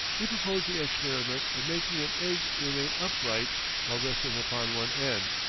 he proposed the experiment of making an egg remain upright while resting upon one end,